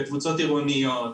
בקבוצות עירוניות.